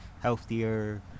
healthier